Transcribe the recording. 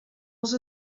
els